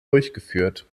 durchgeführt